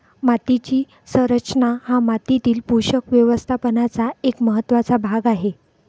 मातीची संरचना हा मातीतील पोषक व्यवस्थापनाचा एक महत्त्वाचा भाग आहे